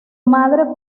madre